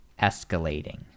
escalating